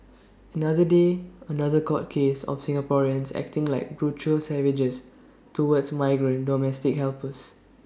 another day another court case of Singaporeans acting like brutal savages towards migrant domestic helpers